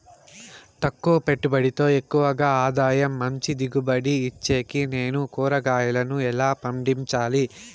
తక్కువ పెట్టుబడితో ఎక్కువగా ఆదాయం మంచి దిగుబడి ఇచ్చేకి నేను కూరగాయలను ఎలా పండించాలి?